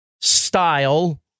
style